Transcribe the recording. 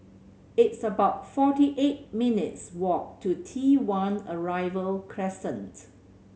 it's about forty eight minutes' walk to T One Arrival Crescent